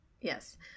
yes